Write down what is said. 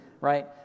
right